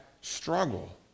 struggle